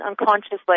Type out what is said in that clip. unconsciously